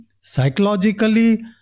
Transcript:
psychologically